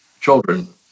children